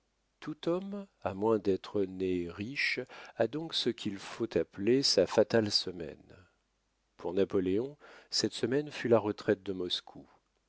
tout homme à moins d'être né riche a donc ce qu'il faut appeler sa fatale semaine pour napoléon cette semaine fut la retraite de moscou